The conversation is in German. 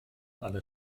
alle